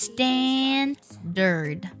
Standard